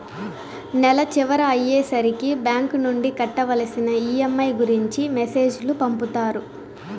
నెల చివర అయ్యే సరికి బ్యాంక్ నుండి కట్టవలసిన ఈ.ఎం.ఐ గురించి మెసేజ్ లు పంపుతారు